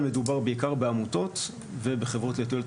מדובר בעיקר בעמותות ובחברות לתועלת